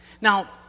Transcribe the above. Now